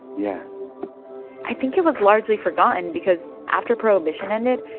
yeah i think it was largely forgotten because after prohibition ended,